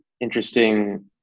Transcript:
interesting